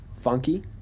funky